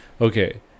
okay